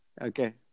Okay